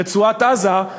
רצועת-עזה.